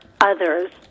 others